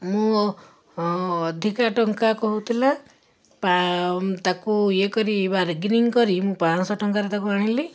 ମୁଁ ଅଧିକା ଟଙ୍କା କହୁଥିଲା ପା ତାକୁ ଇଏ କରି ବାରଗେନିଙ୍ଗ କରି ମୁଁ ପାଆଁଶହ ଟଙ୍କାରେ ତାକୁ ଆଣିଲି